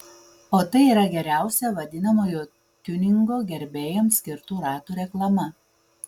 o tai yra geriausia vadinamojo tiuningo gerbėjams skirtų ratų reklama